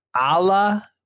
Allah